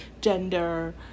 gender